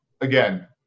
again